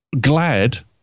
glad